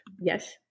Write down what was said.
Yes